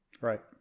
Right